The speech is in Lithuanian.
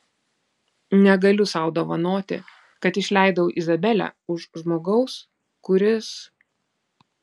negaliu sau dovanoti kad išleidau izabelę už žmogaus kuris